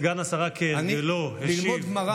סגן השרה כהרגלו השיב באריכות,